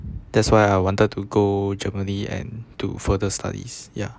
that's why I wanted to go germany and to further studies ya